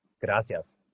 gracias